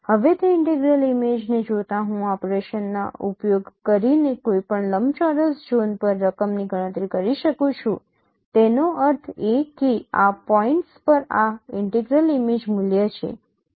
હવે તે ઇન્ટેગ્રલ ઇમેજને જોતા હું આ ઓપરેશનના ઉપયોગ કરીને કોઈપણ લંબચોરસ ઝોન પર રકમની ગણતરી કરી શકું છું તેનો અર્થ એ કે આ પોઇન્ટ્સ પર આ ઇન્ટેગ્રલ ઇમેજ મૂલ્ય છે